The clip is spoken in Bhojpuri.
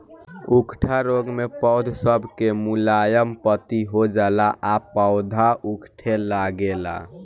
उकठा रोग मे पौध सब के मुलायम पत्ती हो जाला आ पौधा उकठे लागेला